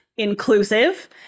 inclusive